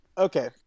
Okay